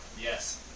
Yes